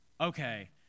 okay